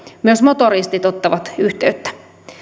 myös motoristit ottavat yhteyttä